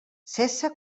cessa